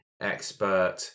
expert